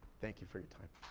thank you for your time.